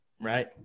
Right